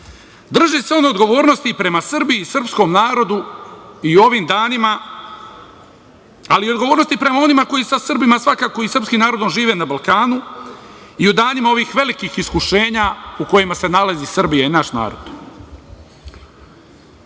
Drži se on odgovornosti prema Srbiji i srpskom narodu i u ovim danima, ali i odgovornosti prema onima koji sa Srbima i srpskim narodom žive na Balkanu i u danima ovih velikih iskušenja, u kojima se nalazi Srbija i naš narod.